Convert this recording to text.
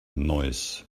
noise